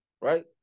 right